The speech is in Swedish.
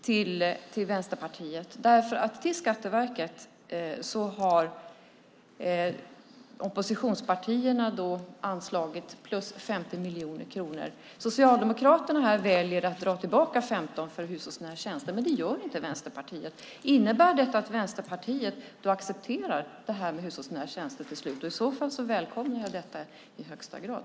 Till Skatteverket har oppositionspartierna anslagit 50 miljoner kronor. Socialdemokraterna väljer att dra tillbaka 15 miljoner för hushållsnära tjänster, men det gör inte Vänsterpartiet. Innebär detta att Vänsterpartiet accepterar hushållsnära tjänster? I så fall välkomnar jag detta i högsta grad.